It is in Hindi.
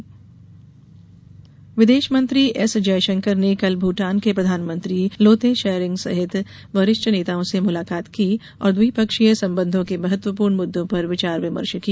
विदेश मंत्री विदेश मंत्री एस जयशंकर ने कल भूटान के प्रधानमंत्री लोते शेरिंग सहित वरिष्ठ नेताओं से मुलाकात की और द्विपक्षीय संबंधों के महत्वपूर्ण मुद्दों पर विचार विमर्श किया